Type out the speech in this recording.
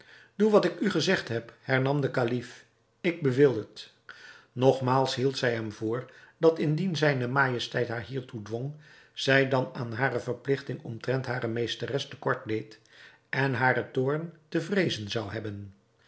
doe wat ik u gezegd heb hernam de kalif ik beveel het nogmaals hield zij hem voor dat indien zijne majesteit haar hiertoe dwong zij dan aan hare verpligting omtrent hare meesteres te kort deed en haren toorn te vreezen zou hebben